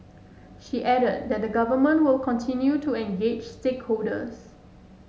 she added that the Government will continue to engage stakeholders